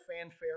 fanfare